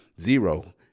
Zero